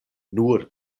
nur